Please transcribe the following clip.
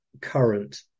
current